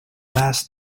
last